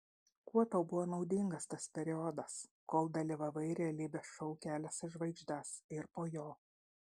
kuo tau buvo naudingas tas periodas kol dalyvavai realybės šou kelias į žvaigždes ir po jo